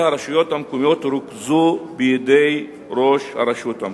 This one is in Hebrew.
הרשויות המקומיות רוכזו בידי ראש הרשות המקומית.